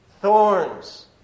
thorns